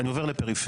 אני עובר לפריפריה.